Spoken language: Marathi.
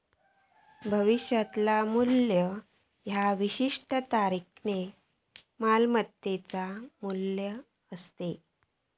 भविष्यातला मू्ल्य ह्या विशिष्ट तारखेक मालमत्तेचो मू्ल्य असता